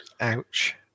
Ouch